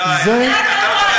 בגלל זה אנחנו כועסים,